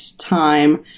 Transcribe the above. time